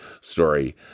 story